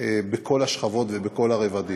בכל השכבות ובכל הרבדים.